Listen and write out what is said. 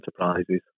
enterprises